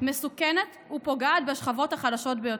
מסוכנת ופוגעת בשכבות החלשות ביותר.